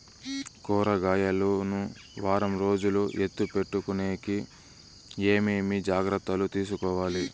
కూరగాయలు ను వారం రోజులు ఎత్తిపెట్టుకునేకి ఏమేమి జాగ్రత్తలు తీసుకొవాలి?